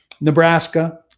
Nebraska